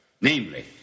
Namely